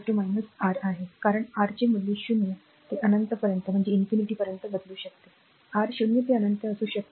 तर ते v R आहे कारण आर चे मूल्य 0 ते अनंत पर्यंत बदलू शकते आर 0 ते अनंत असू शकते